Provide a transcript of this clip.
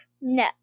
No